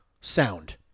sound